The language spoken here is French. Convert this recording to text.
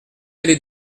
allée